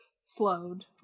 slowed